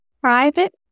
Private